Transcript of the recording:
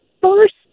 first